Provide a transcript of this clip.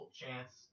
chance